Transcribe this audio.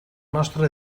vostre